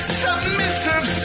submissive